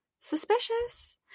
suspicious